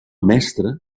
mestra